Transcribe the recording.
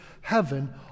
heaven